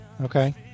Okay